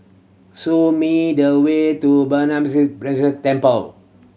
show me the way to Burmese Temple